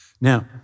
Now